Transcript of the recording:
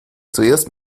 zuerst